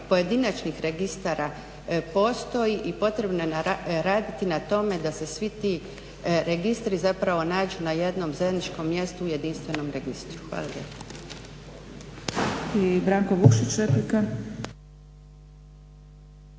pojedinačnih registara postoji i potrebno je raditi na tome da se svi ti registri zapravo nađu na jednom zajedničkom mjestu u jedinstvenom registru. Hvala